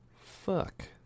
fuck